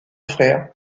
frère